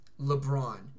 LeBron